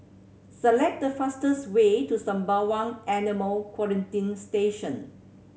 select the fastest way to Sembawang Animal Quarantine Station